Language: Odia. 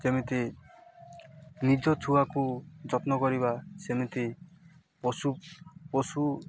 ଯେମିତି ନିଜ ଛୁଆକୁ ଯତ୍ନ କରିବା ସେମିତି ପଶୁ ପଶୁ